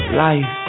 life